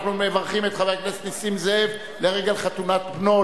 אנחנו מברכים את חבר הכנסת נסים זאב לרגל חתונת בנו,